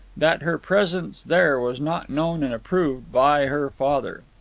that her presence there was not known and approved by her father.